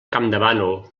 campdevànol